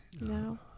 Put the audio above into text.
no